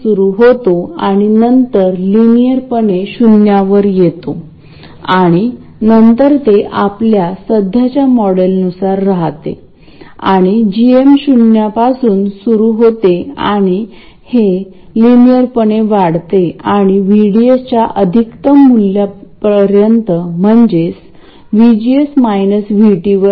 RG हे काहीतरी अतिरिक्त आहे हे म्हणजे मूळ कॉमन सोर्स ऍम्प्लिफायर टोपोलॉजीमध्ये आपल्याकडे असलेल्या बायस रेझिस्टर सारखेच आहे आपल्या कडे R1 आणि R2 गेट च्या बाजूला होते आणि ड्रेन बायस रेजिस्टर RD आहे आणि आपण त्याच्या परिणामाचे विश्लेषण केले